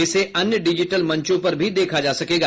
इसे अन्य डिजिटल मंचों पर भी देखा जा सकेगा